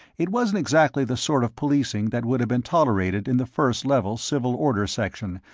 it wasn't exactly the sort of policing that would have been tolerated in the first level civil order section,